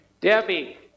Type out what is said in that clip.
Debbie